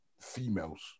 females